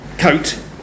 coat